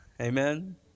Amen